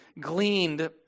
gleaned